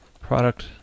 product